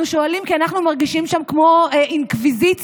אנחנו שואלים כי אנחנו מרגישים שם כמו אינקוויזיציה